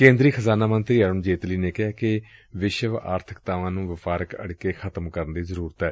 ਕੇਂਦਰੀ ਖਜ਼ਾਨਾ ਮੰਤਰੀ ਅਰੁਣ ਜੇਤਲੀ ਨੇ ਕਿਹੈ ਕਿ ਵਿਸ਼ਵ ਆਰਬਿਕਤਾ ਨੁੰ ਵਪਾਰਕ ਅਤਿਕੇ ਖ਼ਤਮ ਕਰਨ ਦੀ ਜ਼ਰੂਰਤ ਏ